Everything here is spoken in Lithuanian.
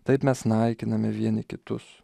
taip mes naikiname vieni kitus